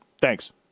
Thanks